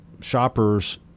shoppers